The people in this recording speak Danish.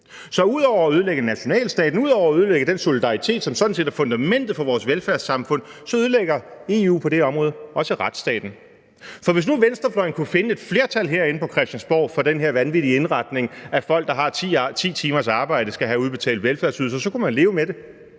Så ud over at ødelægge nationalstaten, ud over at ødelægge den solidaritet, som sådan set er fundamentet for vores velfærdssamfund, ødelægger EU på det område også retsstaten, for hvis nu venstrefløjen kunne finde et flertal herinde på Christiansborg for den her vanvittige indretning, at folk, der har 10 timers arbejde, skal have udbetalt velfærdsydelser, kunne man leve med det.